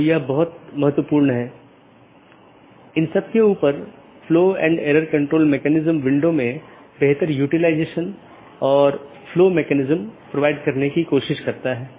क्योंकि पूर्ण मेश की आवश्यकता अब उस विशेष AS के भीतर सीमित हो जाती है जहाँ AS प्रकार की चीज़ों या कॉन्फ़िगरेशन को बनाए रखा जाता है